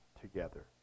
together